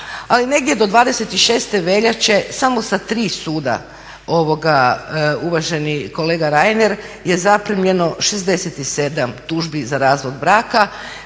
Ali negdje do 26. veljače samo sa 3 suda uvaženi kolega Reiner je zaprimljeno 67 tužbi za razvod braka,